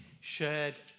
shared